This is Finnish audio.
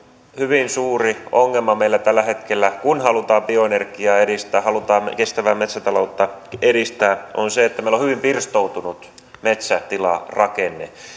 hyvin suuri ongelma meillä tällä hetkellä kun halutaan bioenergiaa edistää halutaan kestävää metsätaloutta edistää on se että meillä on hyvin pirstoutunut metsätilarakenne